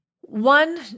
One